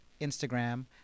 Instagram